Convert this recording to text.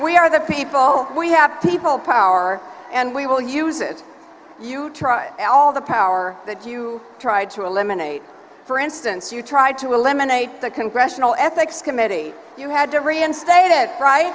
we are the people we have people power and we will use it you tried all the power that you tried to eliminate for instance you tried to eliminate the congressional ethics committee you had to reinstate it right